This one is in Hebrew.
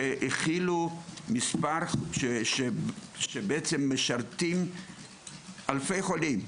שהכילו מספר שמשרתים אלפי חולים.